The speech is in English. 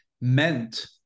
meant